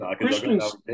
Christian's